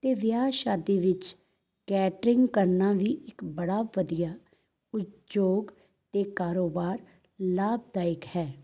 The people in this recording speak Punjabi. ਅਤੇ ਵਿਆਹ ਸ਼ਾਦੀ ਵਿੱਚ ਕੈਟਰਿੰਗ ਕਰਨਾ ਵੀ ਇੱਕ ਬੜਾ ਵਧੀਆ ਉਪਯੋਗ ਅਤੇ ਕਾਰੋਬਾਰ ਲਾਭਦਾਇਕ ਹੈ